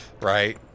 Right